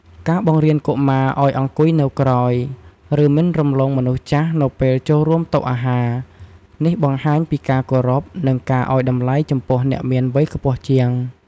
ការបង្រៀនកុមារឲ្យអង្គុយនៅក្រោយ ឬមិនរំលងមនុស្សចាស់នៅពេលចូលរួមតុអាហារ នេះបង្ហាញពីការគោរព និងការឲ្យតម្លៃចំពោះអ្នកមានវ័យខ្ពស់ជាង។